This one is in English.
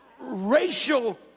racial